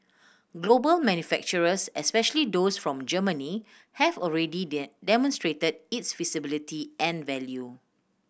global manufacturers especially those from Germany have already demonstrated its feasibility and value